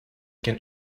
can